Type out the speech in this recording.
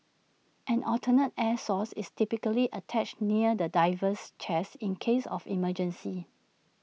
an alternative air source is typically attached near the diver's chest in case of emergency